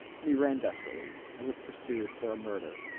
and he ran desperately, as if pursued for a murder.